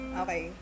okay